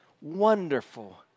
wonderful